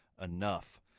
enough